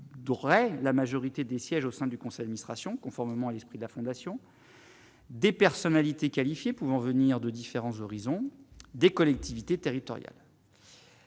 la majorité des sièges au sein du Conseil ministres Sion, conformément à l'esprit de la fondation. Des personnalités qualifiées, pouvant venir de différents horizons, des collectivités territoriales.